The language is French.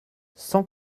cent